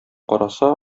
караса